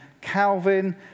Calvin